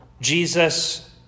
Jesus